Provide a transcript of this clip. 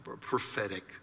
prophetic